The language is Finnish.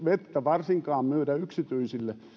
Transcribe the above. vettä myydä yksityisille